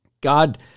God